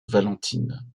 valentine